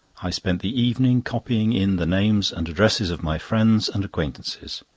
i spent the evening copying in the names and addresses of my friends and acquaintances.